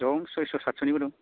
दं सयस' साथस'निबो दं